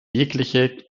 jegliche